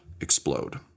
explode